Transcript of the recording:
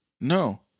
No